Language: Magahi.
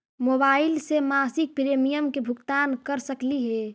मोबाईल से मासिक प्रीमियम के भुगतान कर सकली हे?